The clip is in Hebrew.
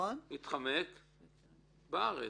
והתחמק בארץ.